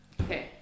Okay